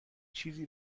چیزی